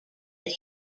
that